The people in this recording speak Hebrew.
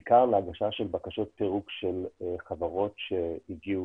בעיקר להגשה של בקשות פירוק של חברות שהגיעו